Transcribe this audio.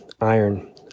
iron